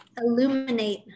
illuminate